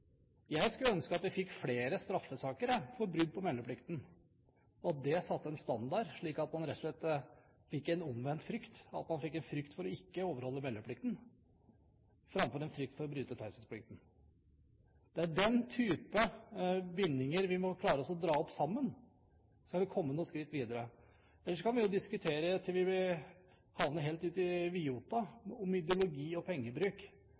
Jeg skulle ønske vi fikk flere straffesaker for brudd på meldeplikten, og at det satte en standard, slik at man rett og slett fikk en omvendt frykt, en frykt for ikke å overholde meldeplikten framfor en frykt for å bryte taushetsplikten. Det er den typen bindinger vi må klare å dra opp sammen, skal vi komme noen skritt videre. Ellers kan vi diskutere til vi havner helt ute på vidåtta om ideologi og pengebruk.